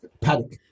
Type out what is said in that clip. paddock